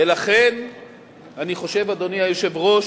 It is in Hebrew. ולכן אני חושב, אדוני היושב-ראש,